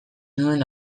nuen